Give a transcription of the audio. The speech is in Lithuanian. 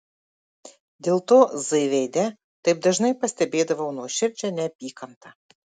dėl to z veide taip dažnai pastebėdavau nuoširdžią neapykantą